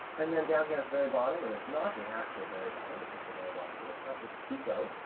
and then down here at the very bottom, and it's not the actual very bottom, it's just the very bottom for this class, is pico,